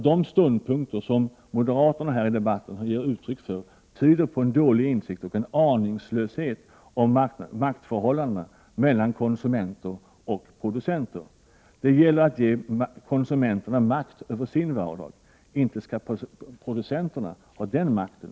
De ståndpunkter som moderaterna i debatten har gett uttryck för tyder på en dålig insikt och en aningslöshet om maktförhållandena mellan konsumenter och producenter. Det gäller att ge konsumenterna makt över sin vardag. Inte skall producenterna ha den makten?